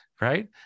right